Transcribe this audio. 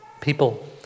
people